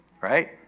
right